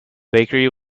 bakery